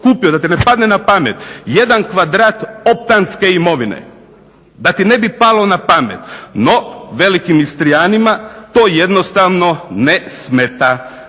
kupio, da ti ne padne na pamet jedan kvadrat opanske imovine, da ti ne bi palo na pamet. No velikim Istrijanima to jednostavno ne smeta.